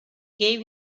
gave